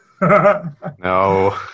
No